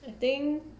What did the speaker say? I think